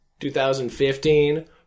2015